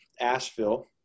Asheville